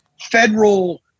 federal